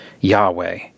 Yahweh